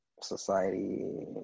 Society